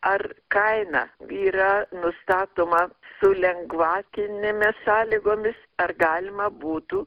ar kaina yra nustatoma su lengvatinėmis sąlygomis ar galima būtų